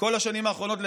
בכל השנים האחרונות,